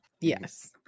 Yes